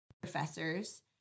Professors